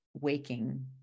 waking